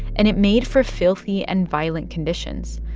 and it made for filthy and violent conditions.